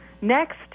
Next